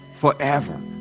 Forever